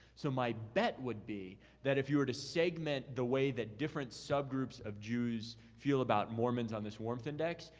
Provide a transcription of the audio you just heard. so my bet would be that if you were to segment the way that different subgroups of jews feel about mormons on this warmth index,